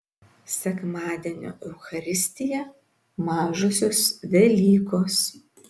sekmadienio eucharistija mažosios velykos